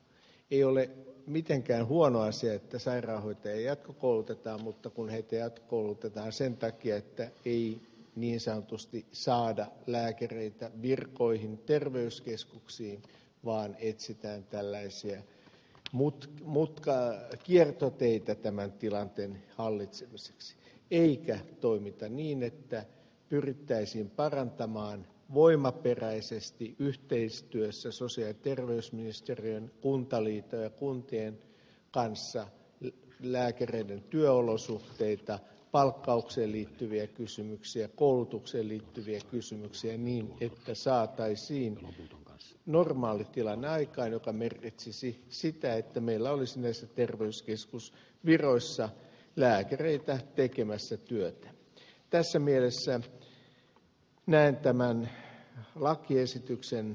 ei ole mitenkään huono asia että sairaanhoitajia jatkokoulutetaan mutta kun heitä jatkokoulutetaan sen takia että ei niin sanotusti saada lääkäreitä virkoihin terveyskeskuksiin vaan etsitään tällaisia kiertoteitä tämän tilanteen hallitsemiseksi eikä toimita niin että pyrittäisiin parantamaan voimaperäisesti yhteistyössä sosiaali ja terveysministeriön kuntaliiton ja kuntien kanssa lääkäreiden työolosuhteita palkkaukseen liittyviä kysymyksiä koulutukseen liittyviä kysymyksiä niin että saataisiin normaali tilanne aikaan mikä merkitsisi sitä että meillä olisi näissä terveyskeskusviroissa lääkäreitä tekemässä työtä tässä mielessä näen tämän lakiesityksen ongelmallisena